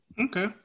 Okay